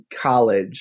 college